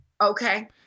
Okay